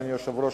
אדוני היושב-ראש,